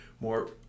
more